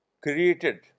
created